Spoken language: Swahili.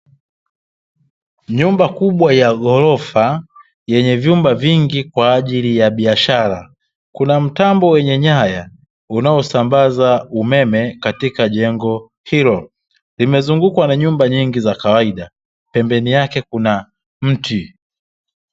Nyumba kubwa ya ghorofa yenye vyumba vingi, kwa ajili ya biashara, kuna mtambo wenye nyaya inayosambaza umeme katika jengo hilo, limezungukwa na nyumba nyingi za kawaida, pembeni yake kuna mti.